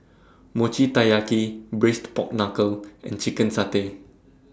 Mochi Taiyaki Braised Pork Knuckle and Chicken Satay